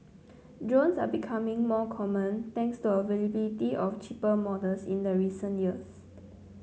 drones are becoming more common thanks to availability of cheaper models in the recent years